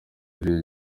lil